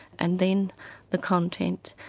and then the content.